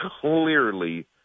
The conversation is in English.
clearly